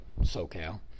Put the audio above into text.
SoCal